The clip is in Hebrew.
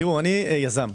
אני יזם.